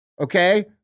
okay